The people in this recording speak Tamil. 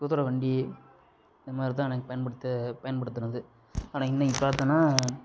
குதிரை வண்டி இந்தமாதிரி தான் அன்னைக்கு பயன்படுத்த பயன்படுத்துனது ஆனால் இன்னைக்கு பார்த்தோம்னா